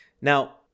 Now